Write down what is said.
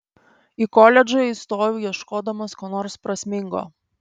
į koledžą įstojau ieškodamas ko nors prasmingo